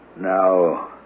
Now